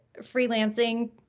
freelancing